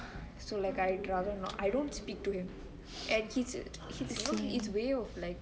so like I'd rather not I don't speak to him and he's it's his way of saying